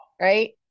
right